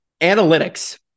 analytics